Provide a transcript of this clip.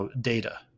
data